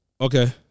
Okay